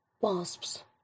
Wasps